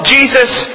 Jesus